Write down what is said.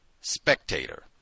spectator